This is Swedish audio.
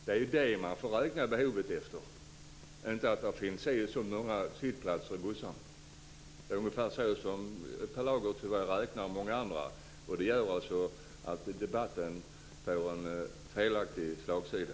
Det är de tiderna som behovet måste räknas efter, inte att det finns si och så många sittplatser i bussarna. Det är ungefär så som Per Lager och många andra räknar. Det gör att debatten får en felaktig slagsida.